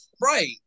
Right